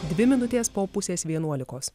dvi minutės po pusės vienuolikos